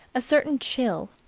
a certain chill,